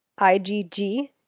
IgG